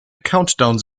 countdown